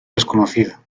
desconocida